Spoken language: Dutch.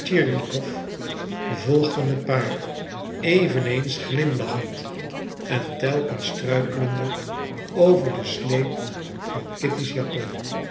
volgden het paar eveneens glimlachend en telkens struikelende over den sleep van kitty's japon